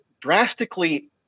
drastically